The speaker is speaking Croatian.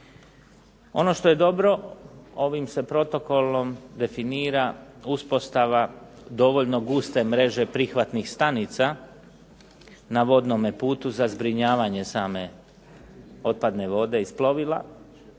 Ono što je dobro, ovim se protokolom definira uspostava dovoljno guste mreže prihvatnih stanica na vodnome putu za zbrinjavanje same otpadne vode iz plovila,